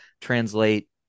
translate